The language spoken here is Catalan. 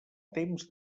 temps